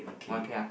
okay ah